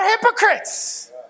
hypocrites